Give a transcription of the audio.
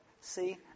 see